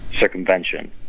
circumvention